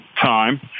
time